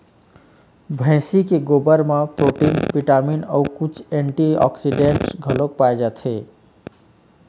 भइसी के गोरस म प्रोटीन, बिटामिन अउ कुछ एंटीऑक्सीडेंट्स घलोक पाए जाथे